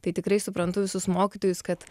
tai tikrai suprantu visus mokytojus kad